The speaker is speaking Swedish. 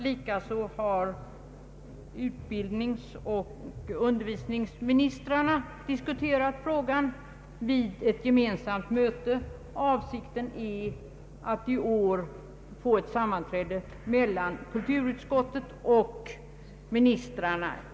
Likaså har utbildningsoch undervisningsministrarna diskuterat frågan vid ett gemensamt möte, och avsikten är att i år få ett sammanträffande till stånd mellan kulturutskottet och ministrarna.